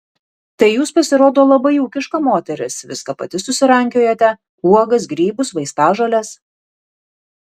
tai jūs pasirodo labai ūkiška moteris viską pati susirankiojate uogas grybus vaistažoles